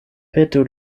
petu